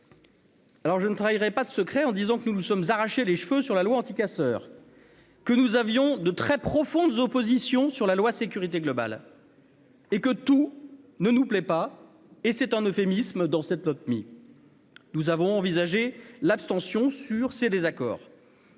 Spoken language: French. Alors je ne travaillerai pas de secret en disant que nous le sommes arracher les cheveux sur la loi anti-casseurs que nous avions de très profonde opposition sur la loi sécurité globale. Et que tout ne nous plaît pas, et c'est un euphémisme dans cet autre mis. Nous avons envisagé l'abstention sur ses désaccords.